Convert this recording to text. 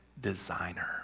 designer